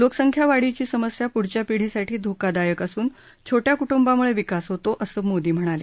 लोकसंख्या वाढीची समस्या पुढच्या पिढीसाठी धोकादायक असून छोट्या कुट्रंबामुळे विकास होतो असं मोदी म्हणाले